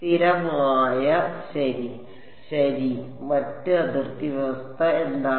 സ്ഥിരമായ ശരി ശരി മറ്റ് അതിർത്തി വ്യവസ്ഥ എന്താണ്